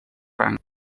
rang